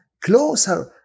closer